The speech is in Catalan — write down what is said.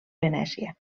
venècia